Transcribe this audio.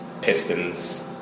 Pistons